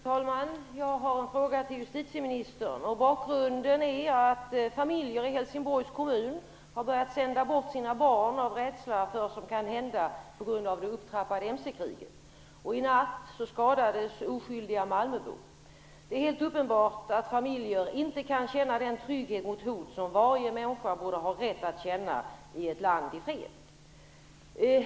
Fru talman! Jag har en fråga till justitieministern. Bakgrunden är att familjer i Helsingborgs kommun har börjat sända bort sina barn av rädsla för vad som kan hända på grund av det upptrappade mckriget. I natt skadades också oskyldiga malmöbor. Det är helt uppenbart att familjer inte kan känna den trygghet mot hot som varje människa borde ha rätt att känna i ett land i fred.